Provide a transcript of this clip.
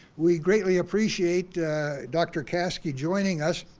we greatly appreciate dr. kaskie joining us